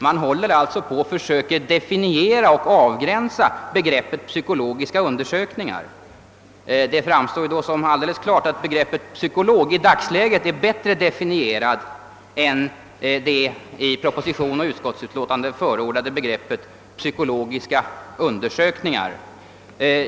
Man är alltså i färd med att försöka definiera och avgränsa begreppet »psykologiska undersökningar». Det framstår mot denna bakgrund alldeles klart att begreppet »psykolog» i dagens läge är bättre definierat än det i propositionen och av utskottsmajoriteten förordade begreppet »psykologiska undersökningar».